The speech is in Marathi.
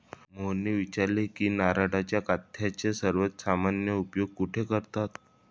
मोहनने विचारले की नारळाच्या काथ्याचा सर्वात सामान्य उपयोग कुठे करतात?